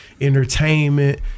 entertainment